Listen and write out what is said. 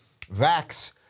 Vax